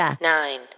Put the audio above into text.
Nine